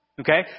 Okay